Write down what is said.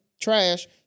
trash